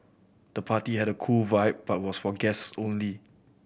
the party had a cool vibe but was for guests only